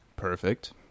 Perfect